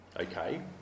okay